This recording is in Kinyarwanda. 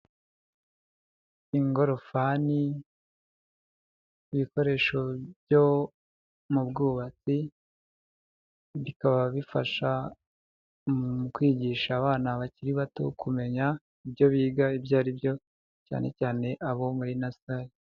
Ingorofani, ibikoresho byo mu bwubatsi bikaba bifasha mu kwigisha abana bakiri bato kumenya ibyo biga ibyo aribyo cyane cyane abo muri nasari.